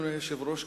אדוני היושב-ראש,